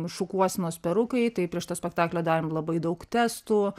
šukuosenos perukai tai prieš tą spektaklį darom labai daug testų